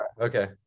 okay